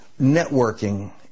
networking